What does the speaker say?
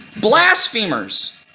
blasphemers